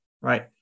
right